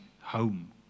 Home